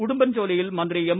ഉടുമ്പൻചോലയിൽ മന്ത്രി എം